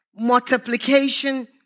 multiplication